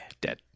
dead